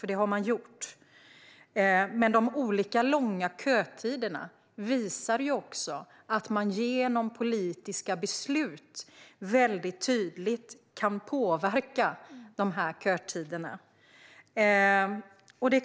Detta har de alltså gjort, men de olika långa kötiderna visar också att man genom politiska beslut tydligt kan påverka kötiderna.